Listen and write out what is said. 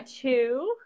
two